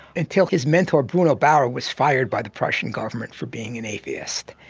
until his mentor bruno bauer was fired by the prussian government for being an atheist.